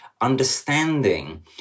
understanding